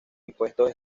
impuestos